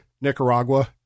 Nicaragua